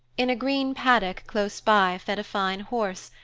in a green paddock close by fed a fine horse,